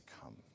come